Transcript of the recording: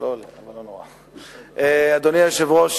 אדוני היושב-ראש,